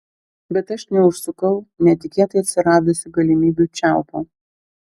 bet aš neužsukau netikėtai atsiradusių galimybių čiaupo